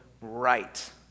right